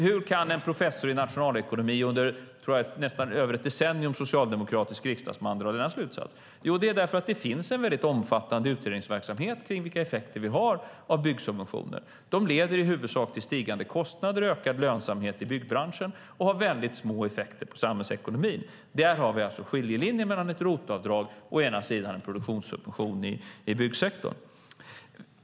Hur kan en professor i nationalekonomi under vad jag tror var nästan mer än ett decennium som socialdemokratisk riksdagsman dra den slutsatsen? Jo, därför att det finns en omfattande utredningsverksamhet kring vilka effekter vi har av byggsubventioner. De leder i huvudsak till stigande kostnader och ökad lönsamhet i byggbranschen och har små effekter på samhällsekonomin. Där har vi skiljelinjen mellan ett ROT-avdrag och en produktionssubvention i byggsektorn.